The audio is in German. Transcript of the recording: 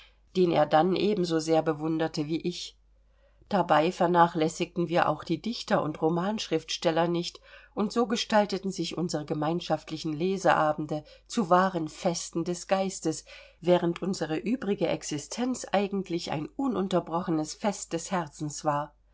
den er dann ebensosehr bewunderte wie ich dabei vernachlässigten wir auch die dichter und romanschriftsteller nicht und so gestalteten sich unsere gemeinschaftlichen leseabende zu wahren festen des geistes während unsere übrige existenz eigentlich ein ununterbrochenes fest des herzens war